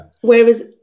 Whereas